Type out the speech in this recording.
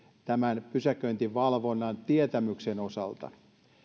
pysäköintivalvonnan tietämyksen osalta